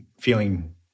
feeling